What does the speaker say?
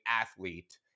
athlete